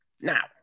Now